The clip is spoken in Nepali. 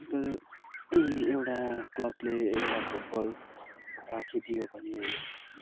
अन्त एउटा क्लबले एउटा फुटबल राखिदियो भने होइन